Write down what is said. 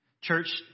Church